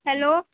hello